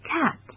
cat